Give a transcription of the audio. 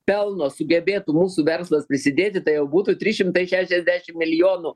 pelno sugebėtų mūsų verslas prisidėti tai jau būtų trys šimtai šešiasdešim milijonų